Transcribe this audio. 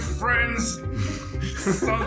friends